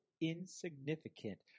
insignificant